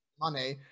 money